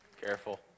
careful